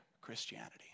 Christianity